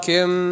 Kim